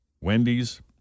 Wendy's